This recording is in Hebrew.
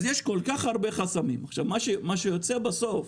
אז יש כל כך הרבה חסמים, עכשיו מה שיוצא בסוף